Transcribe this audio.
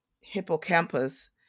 hippocampus